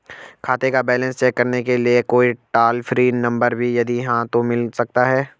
खाते का balance check करने के लिए कोई टॉल फ्री नम्बर भी है यदि हाँ तो मिल सकता है?